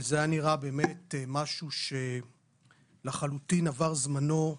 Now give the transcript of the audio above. זה היה נראה באמת משהו שלחלוטין עבר זמנו,